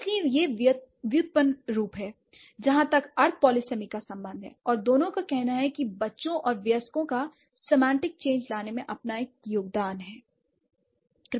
इसलिए ये व्युत्पन्न रूप हैं जहाँ तक अर्थ पॉलीसिम का संबंध है l और दोनों का कहना है कि बच्चों और वयस्कों का सिमेंटिक चेंज लाने में उनका अपना योगदान होगा